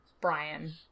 Brian